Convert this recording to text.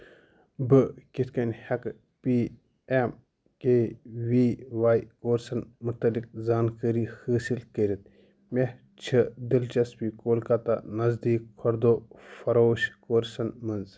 بہٕ کِتھ کٔنۍ ہیٚکہٕ P M K V Y کورسن متعلق زانٛکٲری حٲصل کٔرِتھ مےٚ چھِ دلچسپی کولکتہ نزدیٖک خۄردوہ فروش کورسن منٛز